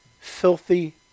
Filthy